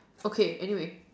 okay anyway